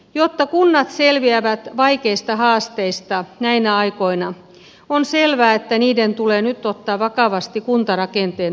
jotta kunnat selviävät vaikeista haasteista näinä aikoina on selvää että niiden tulee nyt ottaa vakavasti kuntarakenteen uudistaminen